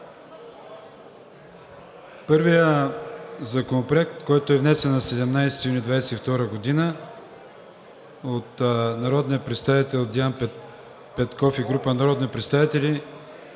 Първият законопроект, който е внесен на 17 юни 2022 г. от народния представител Деян Петков и група народни представители,